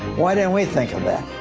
why didn't we think of that?